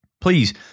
please